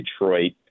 Detroit